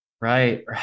right